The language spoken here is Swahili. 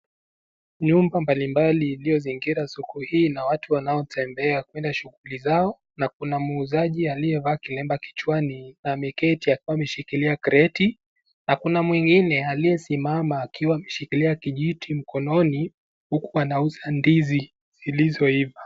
Nyumba mbalimbali iliyozingira soko hii na watu wanaotembea wakienda shughuli zao, na kuna muuzaji aliyevaa kilemba kichwani ameketi akiwa ameshikilia kreti, na kuna mwengine aliyesimama akiwa ameshikilia kijiti. Huku wakiuza ndizi zilizoiva.